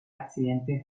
accidente